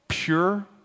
Pure